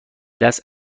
دست